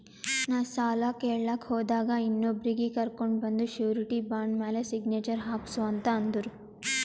ನಾ ಸಾಲ ಕೇಳಲಾಕ್ ಹೋದಾಗ ಇನ್ನೊಬ್ರಿಗಿ ಕರ್ಕೊಂಡ್ ಬಂದು ಶೂರಿಟಿ ಬಾಂಡ್ ಮ್ಯಾಲ್ ಸಿಗ್ನೇಚರ್ ಹಾಕ್ಸೂ ಅಂತ್ ಅಂದುರ್